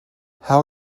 how